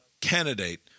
candidate